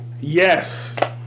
Yes